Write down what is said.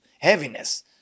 heaviness